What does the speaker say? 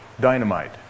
dynamite